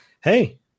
hey